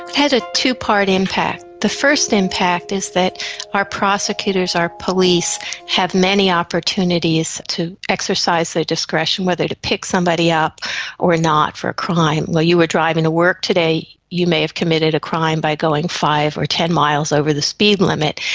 had a two-part impact. the first impact is that our prosecutors, our police have many opportunities to exercise their discretion, whether to pick somebody up or not for crime. while you were driving to work today you may have committed a crime by going five or ten miles over the speed limit,